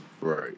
Right